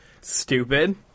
Stupid